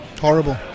Horrible